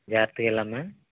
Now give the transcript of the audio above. జాగ్రత్తగా వెళ్ళమ్మా